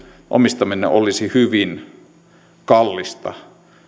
omistaminen olisi hyvin kallista